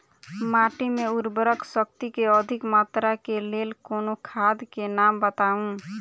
माटि मे उर्वरक शक्ति केँ अधिक मात्रा केँ लेल कोनो खाद केँ नाम बताऊ?